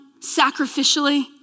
sacrificially